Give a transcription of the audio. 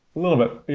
a little bit,